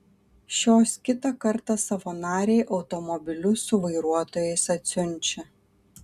šios kitą kartą savo narei automobilius su vairuotojais atsiunčia